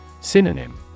Synonym